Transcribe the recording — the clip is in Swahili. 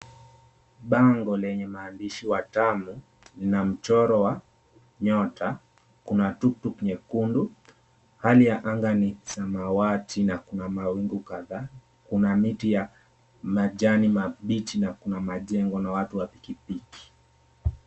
Bango lenye maandishi Watamu lina mchoro wa nyota. Kuna tuktuk nyekundu, hali ya anga ni samawati na kuna mawingu kadhaa, kuna miti ya majani mabichi na kuna majengo na watu wa pikipiki.